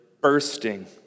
bursting